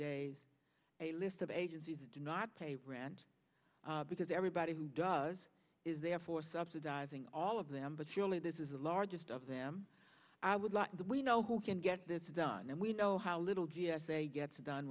days a list of agencies that do not pay rent because everybody who does is therefore subsidizing all of them but surely this is the largest of them i would like and we know who can get this done and we know how little g s a gets done